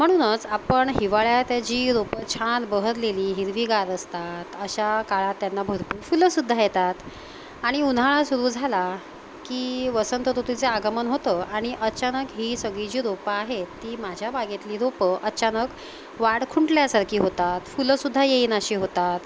म्हणूनच आपण हिवाळ्यात जी रोपं छान बहरलेली हिरवीगार असतात अशा काळात त्यांना भरपूर फुलंसुद्धा येतात आणि उन्हाळा सुरू झाला की वसंत ऋतूचे आगमन होतं आणि अचानक ही सगळी जी रोपं आहेत ती माझ्या बागेतली रोपं अचानक वाढ खुंटल्यासारखी होतात फुलंसुद्धा येईनाशी होतात